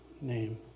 name